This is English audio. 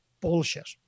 Bullshit